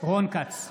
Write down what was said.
רון כץ,